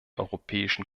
europäischen